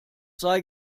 sei